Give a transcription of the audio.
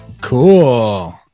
Cool